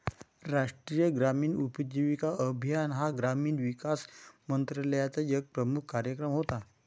राष्ट्रीय ग्रामीण उपजीविका अभियान हा ग्रामीण विकास मंत्रालयाचा एक प्रमुख कार्यक्रम होता